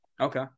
Okay